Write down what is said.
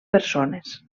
persones